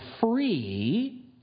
free